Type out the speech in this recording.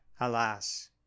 alas